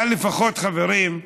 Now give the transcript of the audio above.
אבל לא פחות, חברים,